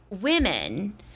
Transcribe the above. women